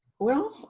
well,